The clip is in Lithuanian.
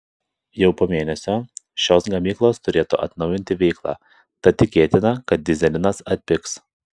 jau po mėnesio šios gamyklos turėtų atnaujinti veiklą tad tikėtina kad dyzelinas atpigs